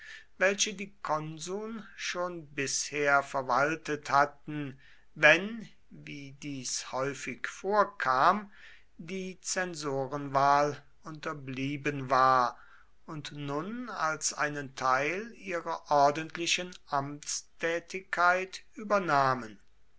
welche die konsuln schon bisher verwaltet hatten wenn wie dies häufig vorkam die zensorenwahl unterblieben war und nun als einen teil ihrer ordentlichen amtstätigkeit übernahmen